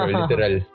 literal